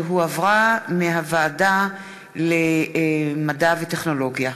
שהחזירה ועדת המדע והטכנולוגיה.